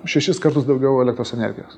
šešis kartus daugiau elektros energijos